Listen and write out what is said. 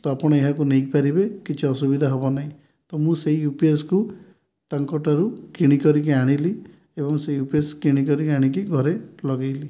ତ ଆପଣ ଏହାକୁ ନେଇ ପାରିବେ କିଛି ଅସୁବିଧା ହେବ ନାହିଁ ତ ମୁଁ ସେଇ ୟୁପିଏସକୁ ତାଙ୍କ ଠାରୁ କିଣି କରିକି ଆଣିଲି ଏବଂ ସେ ୟୁପିଏସ କିଣିକରି ଆଣିକି ଘରେ ଲଗେଇଲି